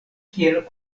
kiel